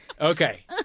Okay